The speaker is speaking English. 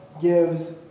gives